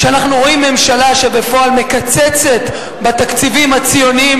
כשאנחנו רואים ממשלה שבפועל מקצצת בתקציבים הציוניים